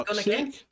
again